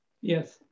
Yes